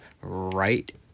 right